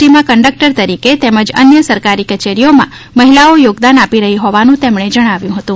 ટીમા conductor તરીકે તેમજ અન્ય સરકારી કચેરીઓમાં મહિલાઓ યોગદાન આપી રહી હોવાનું તેમણે જણાવ્યુ હતું